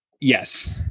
Yes